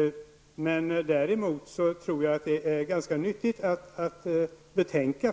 Jag tror däremot att det är ganska nyttigt att betänka,